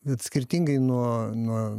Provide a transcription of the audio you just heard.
vat skirtingai nuo nuo